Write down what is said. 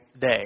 day